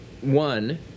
one